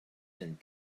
and